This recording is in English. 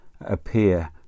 appear